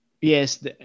yes